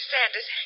Sanders